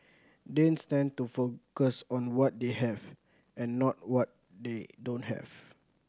Danes tend to focus on what they have and not what they don't have